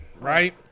right